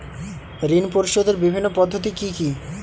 ঋণ পরিশোধের বিভিন্ন পদ্ধতি কি কি?